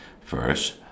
First